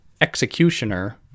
executioner